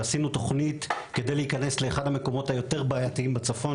ועשינו תוכנית כדי להיכנס לאחד המקומות היותר בעייתיים בצפון,